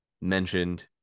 mentioned